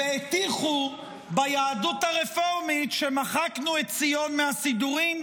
והטיחו ביהדות הרפורמית שמחקנו את ציון מהסידורים,